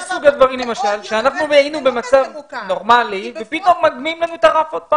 זה סוג הדברים שהיינו במצב נורמלי ופתאום מגביהים לנו שוב את הרף.